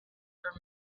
for